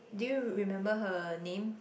do you remember her name